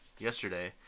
Yesterday